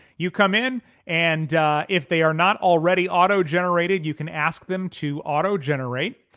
you come in and if they are not already auto-generated you can ask them to auto-generate.